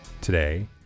today